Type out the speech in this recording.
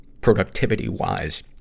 productivity-wise